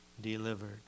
delivered